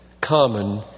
common